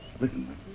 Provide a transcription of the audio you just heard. Listen